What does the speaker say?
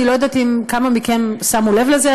אני לא יודעת אם כמה מכם שמו לב לזה,